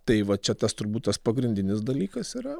tai va čia tas turbūt tas pagrindinis dalykas yra